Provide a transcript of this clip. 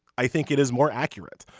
i think it is more accurate.